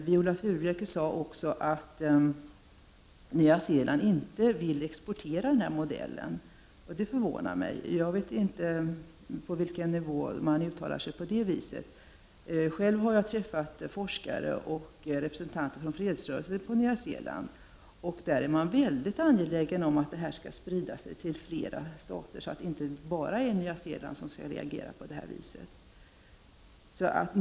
Viola Furubjelke sade också att Nya Zeeland inte vill så att säga exportera den här modellen. Det förvånar mig. Jag vet inte på vilken nivå sådana uttalanden görs. Jag har träffat forskare och representanter för fredsrörelsen på Nya Zeeland, och det har vid samtal med dessa framkommit att man där är väldigt angelägen om att den här modellen sprids till flera stater.